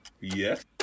Yes